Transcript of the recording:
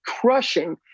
crushing